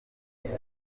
urugo